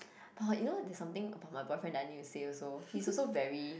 orh you know there's something about my boyfriend that I need to say also he's also very